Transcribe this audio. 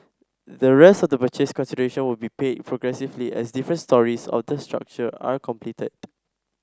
the rest of the purchase consideration will be paid progressively as different stories of the structure are completed